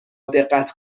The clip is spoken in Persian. دقت